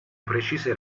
precise